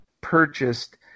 purchased